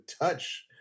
touch